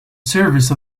service